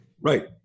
Right